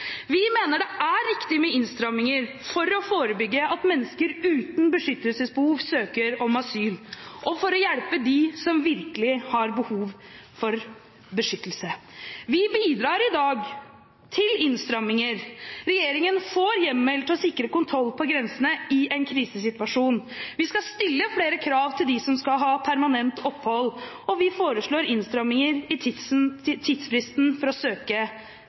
Vi mener det er riktig med innstramminger for å forebygge at mennesker uten beskyttelsesbehov søker om asyl og for å hjelpe dem som virkelig har behov for beskyttelse. Vi bidrar i dag til innstramminger. Regjeringen får en hjemmel til å sikre kontroll på grensen i en krisesituasjon. Vi skal stille flere krav til dem som skal ha permanent opphold, og vi foreslår innstramming i tidsfristen for å søke